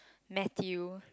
Mathew